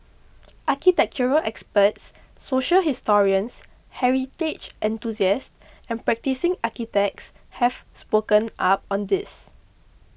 architectural experts social historians heritage enthusiasts and practising architects have spoken up on this